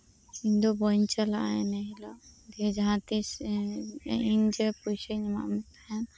ᱤᱧ ᱫᱚ ᱵᱟᱹᱧ ᱪᱟᱞᱟᱜᱼᱟ ᱤᱱᱟᱹᱦᱤᱞᱳᱜ ᱜᱮ ᱡᱟᱸᱦᱟᱛᱤᱥ ᱤᱧ ᱡᱮ ᱯᱚᱭᱥᱟᱧ ᱮᱢᱟᱜ ᱢᱮ ᱛᱟᱸᱦᱮᱜ